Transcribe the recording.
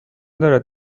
دارد